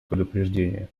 предупреждения